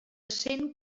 cent